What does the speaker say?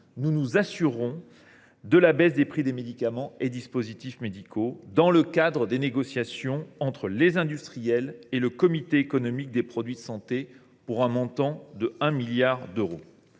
nous nous assurerons de la baisse des prix de ces produits dans le cadre des négociations entre les industriels et le comité économique des produits de santé, pour une économie de 1 milliard d’euros.